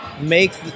make